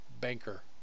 banker